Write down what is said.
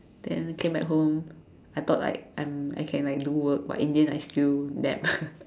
then came back home I thought like I'm I can like do work but in the then I still nap